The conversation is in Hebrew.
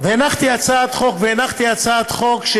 הנחתי הצעת חוק,